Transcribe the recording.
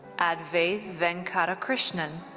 advaith venkatakrishnan.